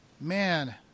man